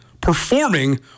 performing